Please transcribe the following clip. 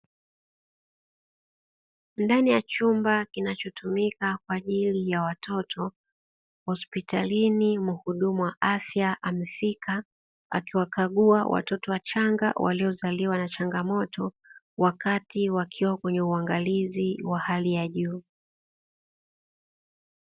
Ndani ya chumba kinachotumika kwa ajili ya watoto, hospitalini muhudumu wa afya amefika, akiwakagua watoto wachanga waliozaliwa na changamoto, wakati wakiwa kwenye uangalizi wa hali ya juu.